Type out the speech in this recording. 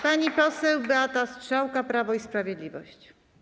Pani poseł Beata Strzałka, Prawo i Sprawiedliwość.